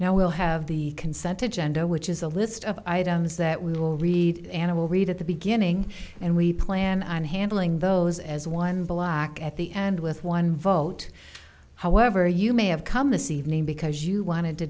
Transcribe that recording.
now we'll have the consent to genda which is a list of items that we will read and i will read at the beginning and we plan on handling those as one block at the end with one vote however you may have come this evening because you wanted to